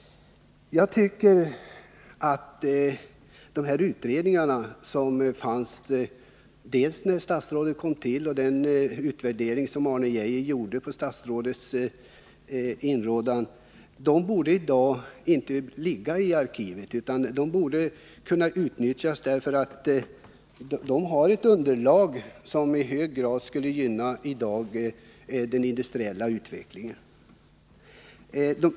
139 De utredningar som fanns när statsrådet tillträdde och den utvärdering som Arne Geijer på statsrådets inrådan gjorde borde i dag inte ligga i arkivet, utan de borde kunna utnyttjas som underlag för åtgärder som i hög grad skulle kunna gynna den industriella utvecklingen.